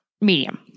medium